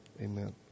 Amen